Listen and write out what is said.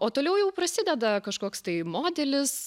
o toliau jau prasideda kažkoks tai modelis